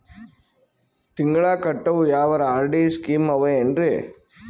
ತಿಂಗಳ ಕಟ್ಟವು ಯಾವರ ಆರ್.ಡಿ ಸ್ಕೀಮ ಆವ ಏನ್ರಿ?